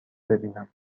ببینم